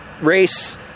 race